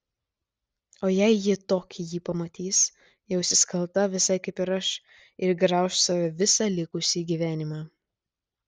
o jei ji tokį jį pamatys jausis kalta visai kaip ir aš ir grauš save visą likusį gyvenimą